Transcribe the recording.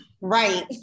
Right